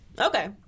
Okay